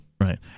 Right